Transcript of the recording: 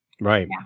right